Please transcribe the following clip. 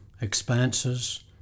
Expanses